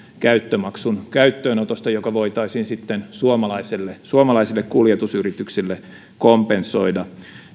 käyttömaksun käyttöönottoon joka voitaisiin sitten suomalaisille suomalaisille kuljetusyrityksille kompensoida